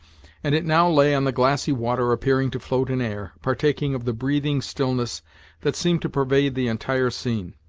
and it now lay on the glassy water appearing to float in air, partaking of the breathing stillness that seemed to pervade the entire scene.